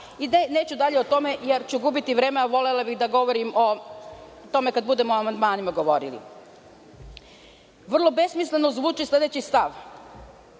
Neću dalje o tome jer ću gubiti vreme, a volela bih da govorim o tome kad budemo o amandmanima govorili. Vrlo besmisleno zvuči sledeći stav.